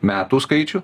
metų skaičių